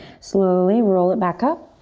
slowly roll it back up.